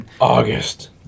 August